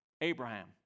Abraham